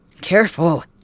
Careful